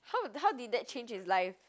how how did that change his life